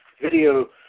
video